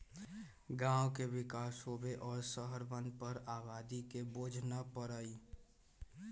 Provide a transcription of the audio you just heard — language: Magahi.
गांव के विकास होवे और शहरवन पर आबादी के बोझ न पड़ई